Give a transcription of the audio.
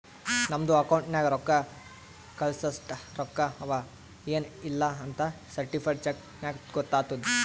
ನಮ್ದು ಅಕೌಂಟ್ ನಾಗ್ ರೊಕ್ಕಾ ಕಳ್ಸಸ್ಟ ರೊಕ್ಕಾ ಅವಾ ಎನ್ ಇಲ್ಲಾ ಅಂತ್ ಸರ್ಟಿಫೈಡ್ ಚೆಕ್ ನಾಗ್ ಗೊತ್ತಾತುದ್